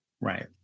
right